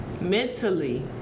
mentally